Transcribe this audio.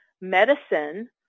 medicine